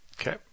Okay